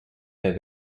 bei